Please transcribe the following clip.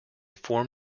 form